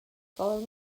following